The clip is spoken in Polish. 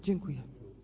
Dziękuję.